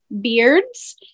beards